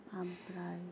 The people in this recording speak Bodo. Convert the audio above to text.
आमफ्राय